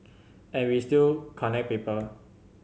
I we still connect people